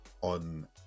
on